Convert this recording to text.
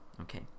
Okay